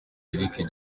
eric